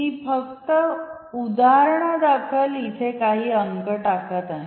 मी फक्त उदाहरणादाखल काही अंक इथे टाकत आहे